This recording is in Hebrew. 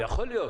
יכול להיות